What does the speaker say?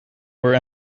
were